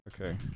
Okay